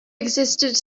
existed